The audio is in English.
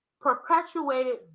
perpetuated